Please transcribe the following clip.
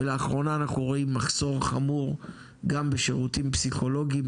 ולאחרונה אנחנו רואים גם מחסור חמור גם בשירותים פסיכולוגיים,